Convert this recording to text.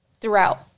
throughout